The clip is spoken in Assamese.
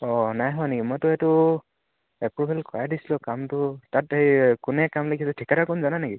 অঁ নাই হোৱা নেকি মইতো এইটো এপ্ৰোভেল কৰাই দিছিলোঁ কামটো তাত হেৰি কোনে কাম লিখিছেঁ ঠিকাদাৰ কোন জানা নেকি